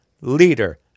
Leader